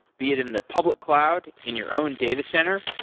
be it in the public cloud in your own data center,